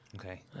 Okay